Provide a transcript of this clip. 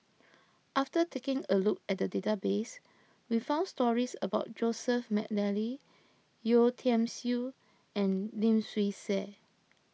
after taking a look at the database we found stories about Joseph McNally Yeo Tiam Siew and Lim Swee Say